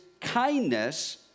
kindness